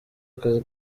ako